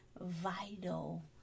vital